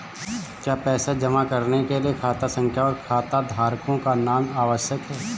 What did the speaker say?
क्या पैसा जमा करने के लिए खाता संख्या और खाताधारकों का नाम आवश्यक है?